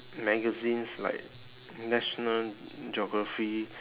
magazines like national geography